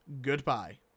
Goodbye